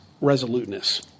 resoluteness